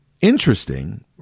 interesting